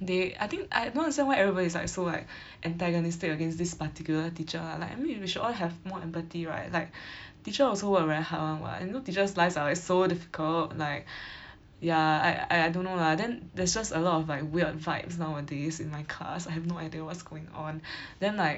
they I think I don't understand why everybody is like so like antagonistic against this particular teacher lah like I mean we should all have more empathy right like teacher also work very hard [one] [what] and know teachers lives are like so difficult like ya I I I don't know lah then there's just a lot of like weird fights nowadays in my class I have no idea what's going on then like